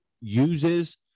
uses